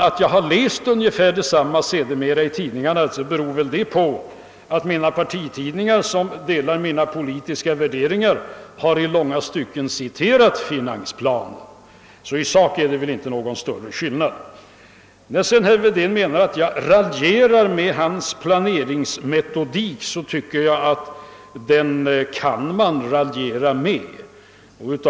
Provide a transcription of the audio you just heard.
Att jag läst ungefär detsamma i pressen torde bero på att de socialdemokratiska tidningarna, som delar mina politiska värderingar, i långa stycken byggt på finansplanen när de gjort sina kommentarer. I sak är det väl därför ingen större skillnad. Herr Wedén menar att jag raljerar med hans planeringsmetodik, och jag tycker verkligen att man kan raljera med den.